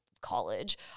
college